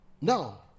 now